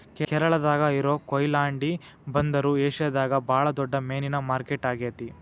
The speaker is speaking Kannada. ಕೇರಳಾದಾಗ ಇರೋ ಕೊಯಿಲಾಂಡಿ ಬಂದರು ಏಷ್ಯಾದಾಗ ಬಾಳ ದೊಡ್ಡ ಮೇನಿನ ಮಾರ್ಕೆಟ್ ಆಗೇತಿ